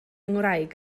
ngwraig